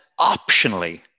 optionally